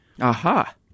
aha